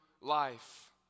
life